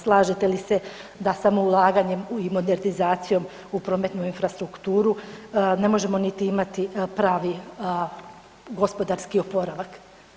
Slažete li se da samo ulaganjem i modernizacijom u prometnu infrastrukturu ne možemo niti imati pravi gospodarski oporavak?